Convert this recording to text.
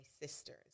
sisters